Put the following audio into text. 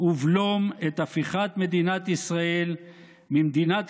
ובלום את הפיכת מדינת ישראל ממדינת